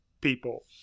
people